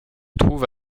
trouve